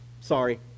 sorry